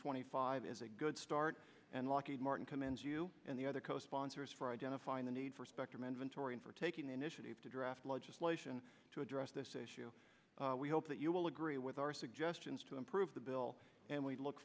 twenty five is a good start and lucky martin commands you and the other co sponsors for identifying the need for spectrum inventory and for taking the initiative to draft legislation to address this issue we hope that you will agree with our suggestions to improve the bill and we look